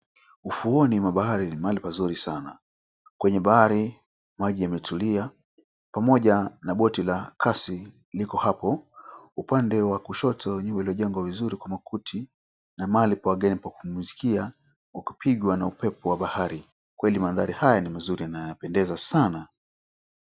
Ufuoni wa bahari ni pahali pazuri sana. Kwenye bahari maji imetulia pamoja na boti la kasi liko hapo. Upande wa kushoto nyumba iliyojengwa vizuri kwa makuti na pahali pa wageni kupumzikia ukipigwa na upepo wa bahari kweli maandhari haya ni mazuri na yanapendeza sana.